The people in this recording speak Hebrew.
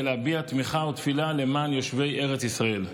להביע תמיכה ותפילה למען יושבי ארץ ישראל,